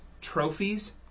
trophies